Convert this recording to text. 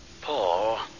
Paul